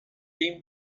came